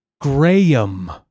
Graham